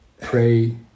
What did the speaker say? pray